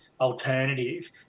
alternative